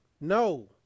No